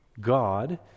God